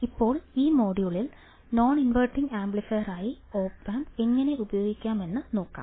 ഇപ്പോൾ ഈ മൊഡ്യൂളിൽ നോൺഇൻവർട്ടിംഗ് ആംപ്ലിഫയറായി ഓപ് ആമ്പ് എങ്ങനെ ഉപയോഗിക്കാമെന്ന് നോക്കാം